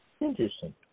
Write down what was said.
Interesting